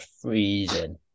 freezing